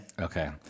Okay